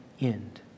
end